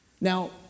Now